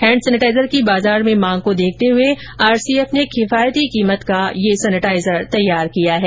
hand sanitizer की बाजार में मांग को देखते हुए आरसीएफ ने किफायती कीमत का ये हैंड सेनेटाइजर तैयार किया है